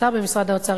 השר במשרד האוצר,